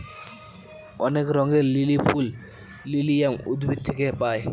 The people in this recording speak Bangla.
অনেক রঙের লিলি ফুল লিলিয়াম উদ্ভিদ থেকে পায়